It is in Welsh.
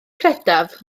credaf